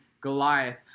Goliath